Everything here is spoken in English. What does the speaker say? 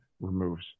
removes